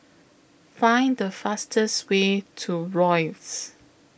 Find The fastest Way to Rosyth